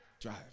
drive